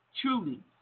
Truly